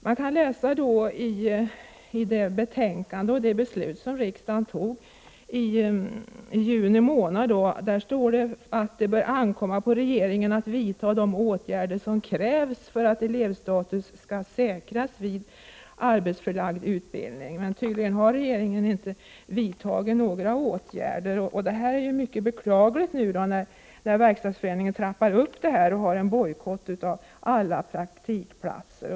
I betänkandet i samband med det beslut som riksdagen fattade i juni månad sades det att det bör ankomma på regeringen att vidta de åtgärder som krävs för att elevstatus skall säkras vid arbetsplatsförlagd utbildning. Tydligen har regeringen inte vidtagit några åtgärder. Det är mycket beklagligt att Verkstadsföreningen nu trappar upp det hela genom en bojkott av alla praktikplatser.